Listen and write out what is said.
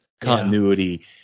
continuity